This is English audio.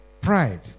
Pride